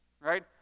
Right